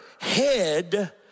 head